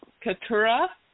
Katura